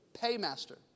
paymaster